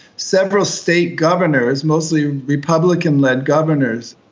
several state governors, mostly republican led governors,